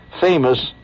famous